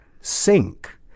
sink